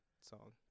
song